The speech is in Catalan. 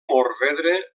morvedre